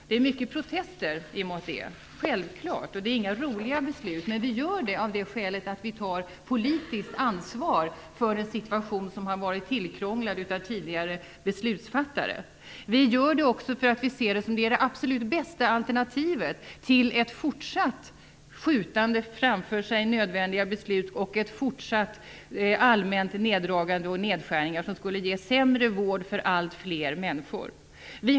Det är självklart mycket protester mot det, och det är inga roliga beslut, men vi fattar dem av det skälet att vi tar politiskt ansvar för en situation som har varit tillkrånglad av tidigare beslutsfattare. Vi gör det också därför att vi ser det som det absolut bästa alternativet till ett fortsatt skjutande framför oss av nödvändiga beslut och fortsatta allmänna nedskärningar, som skulle ge sämre vård för alltfler människor.